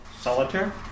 Solitaire